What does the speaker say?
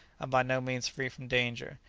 and by no means free from danger,